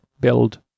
build